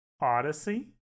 odyssey